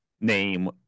name